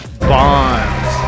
Bonds